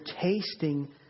tasting